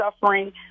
suffering